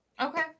Okay